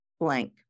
blank